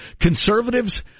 Conservatives